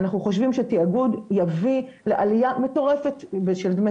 אנחנו חושבים שתאגוד יביא לעלייה מטורפת של דמי